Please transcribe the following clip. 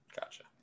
Gotcha